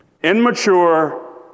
immature